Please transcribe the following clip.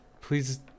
please